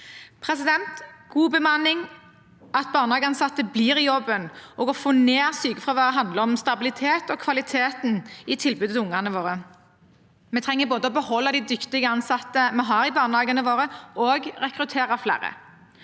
bemanning. God bemanning, at barnehageansatte blir i jobben, og å få ned sykefraværet handler om stabilitet og kvalitet i tilbudet til ungene våre. Vi trenger både å beholde de dyktige ansatte vi har i barnehagene våre, og å rekruttere flere.